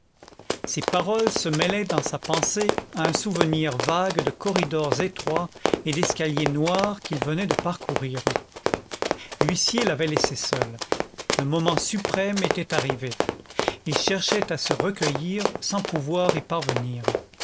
ces paroles se mêlaient dans sa pensée à un souvenir vague de corridors étroits et d'escaliers noirs qu'il venait de parcourir l'huissier l'avait laissé seul le moment suprême était arrivé il cherchait à se recueillir sans pouvoir y parvenir